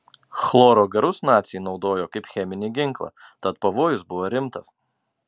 chloro garus naciai naudojo kaip cheminį ginklą tad pavojus buvo rimtas